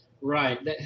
Right